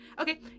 Okay